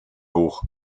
hoch